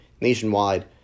nationwide